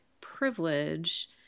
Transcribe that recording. privilege